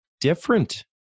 different